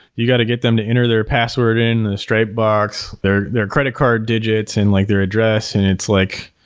you got to get them to enter their password in the stripe box, their their credit card digits and like their address. and it's like,